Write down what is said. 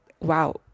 wow